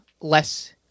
less